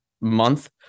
month